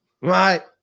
Right